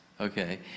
Okay